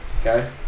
Okay